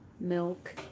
Milk